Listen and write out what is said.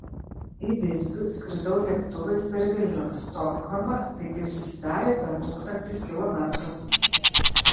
į visbių skridau lėktuvais per vilnių stokholmą taigi susidarė per tūkstantis kilometrų